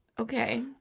Okay